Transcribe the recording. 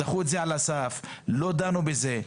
דחו את זה על הסף ולא דנו בזה.